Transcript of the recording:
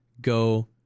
go